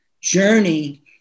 journey